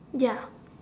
ya